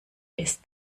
ist